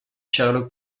sherlock